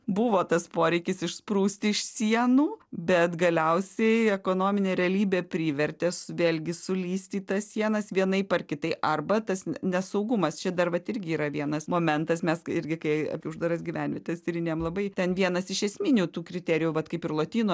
buvo tas poreikis išsprūsti iš sienų bet galiausiai ekonominė realybė privertė su vėlgi sulysti į tas sienas vienaip ar kitai arba tas nesaugumas čia dar vat irgi yra vienas momentas mes irgi kai apie uždaras gyvenvietes tyrinėjam labai ten vienas iš esminių tų kriterijų vat kaip ir lotynų